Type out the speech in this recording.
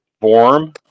form